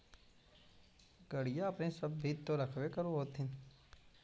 गईया अपने सब भी तो रखबा कर होत्थिन?